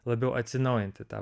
labiau atsinaujinti tą